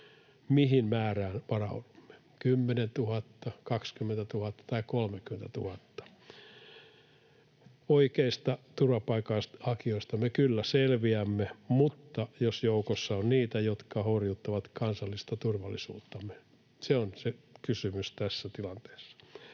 Mihin määrään varaudumme: 10 000, 20 000 vai 30 000? Oikeista turvapaikanhakijoista me kyllä selviämme, mutta mitä jos joukossa on niitä, jotka horjuttavat kansallista turvallisuuttamme, se on se kysymys tässä tilanteessa.